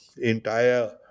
entire